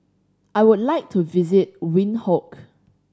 I would like to visit Windhoek